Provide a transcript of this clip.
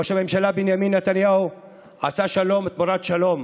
ראש הממשלה בנימין נתניהו עשה שלום תמורת שלום,